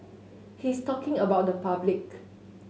he's talking about the public